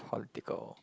political